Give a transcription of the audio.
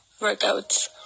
workouts